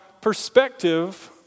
perspective